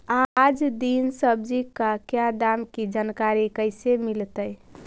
आज दीन सब्जी का क्या दाम की जानकारी कैसे मीलतय?